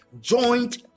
joint